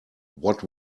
what